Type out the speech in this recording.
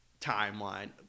timeline